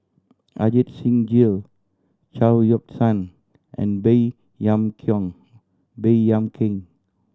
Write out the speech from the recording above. Ajit Singh Gill Chao Yoke San and Baey Yam kong Baey Yam Keng